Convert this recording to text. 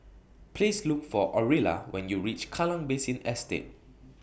Please Look For Orilla when YOU REACH Kallang Basin Estate